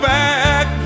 back